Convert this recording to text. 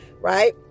right